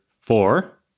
four